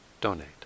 donate